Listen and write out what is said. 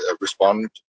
respond